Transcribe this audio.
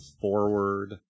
forward